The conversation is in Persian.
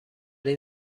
این